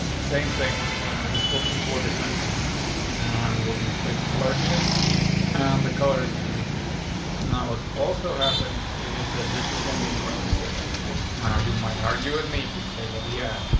same thing again. i'm just looking for descendants on. we're gonna say color here on and the color is going to be green now. it's also happening is that this is going to be more specific now. you might argue with me. you could say, well, yeah,